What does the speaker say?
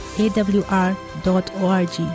awr.org